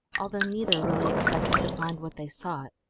although neither really expected to find what they sought.